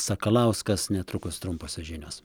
sakalauskas netrukus trumposios žinios